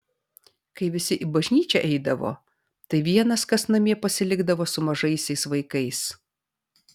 kai visi į bažnyčią eidavo tai vienas kas namie pasilikdavo su mažaisiais vaikais